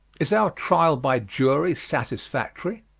is our trial by jury satisfactory?